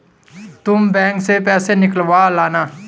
तुम बैंक से पैसे निकलवा लाना